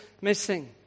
missing